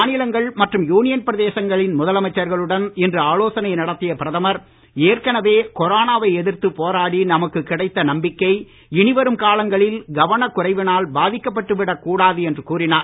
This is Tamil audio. மாநிலங்கள் மற்றும் யுனியன் பிரதேசங்களின் முதலமைச்சர்களுடன் இன்று ஆலோசனை நடத்திய பிரதமர் ஏற்கனவே கொரானாவை எதிர்த்து போராடி நமக்கு கிடைத்த நம்பிக்கை இனி வரும் காலங்களில் கவனக் குறைவினால் பாதிக்கப்பட்டுவிடக் கூடாது என்று கூறினார்